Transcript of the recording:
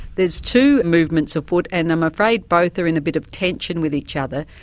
there's two movements afoot, and i'm afraid both are in a bit of tension with each other.